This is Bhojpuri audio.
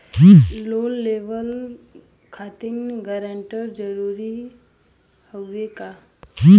लोन लेवब खातिर गारंटर जरूरी हाउ का?